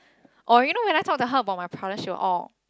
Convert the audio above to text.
or you know when I talk to her about my problems she will orh